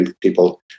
people